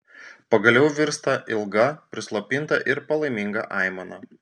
pagaliau virsta ilga prislopinta ir palaiminga aimana